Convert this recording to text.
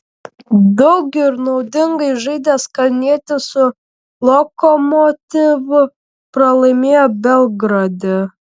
daug ir naudingai žaidęs kalnietis su lokomotiv pralaimėjo belgrade